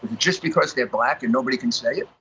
just because they're black and nobody can say it?